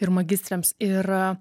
ir magistrėms ir